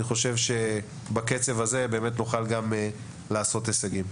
אני חושב שבקצב הזה נוכל גם להגיע להישגים.